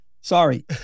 Sorry